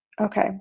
okay